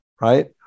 Right